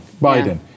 Biden